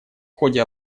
ходе